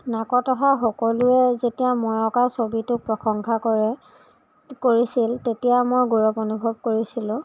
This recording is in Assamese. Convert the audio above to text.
নাকত অহা সকলোৱে যেতিয়া মই অঁকা ছবিটো প্ৰশংসা কৰে কৰিছিল তেতিয়া মই গৌৰৱ অনুভৱ কৰিছিলো